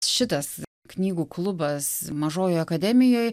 šitas knygų klubas mažojoje akademijoj